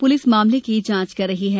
police मामले की जांच कर रही है